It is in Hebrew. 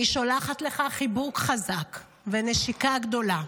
"אני שולחת לך חיבוק חזק ונשיקה גדולה.